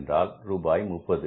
என்றால் ரூபாய் 30